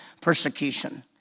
persecution